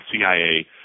CIA